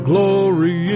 Glory